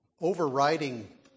overriding